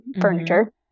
furniture